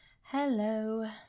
Hello